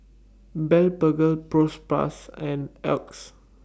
Blephagel Propass and Oxy